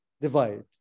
divide